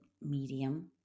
medium